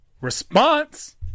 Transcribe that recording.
response